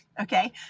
Okay